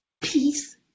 peace